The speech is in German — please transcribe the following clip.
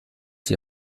die